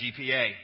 GPA